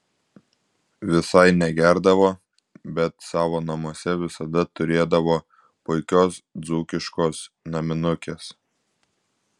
visai negerdavo bet savo namuose visada turėdavo puikios dzūkiškos naminukės